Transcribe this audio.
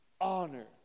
honor